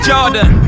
Jordan